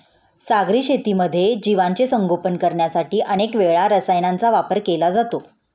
सागरी शेतीमध्ये जीवांचे संगोपन करण्यासाठी अनेक वेळा रसायनांचा वापर केला जातो